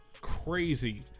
crazy